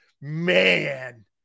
Man